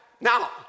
Now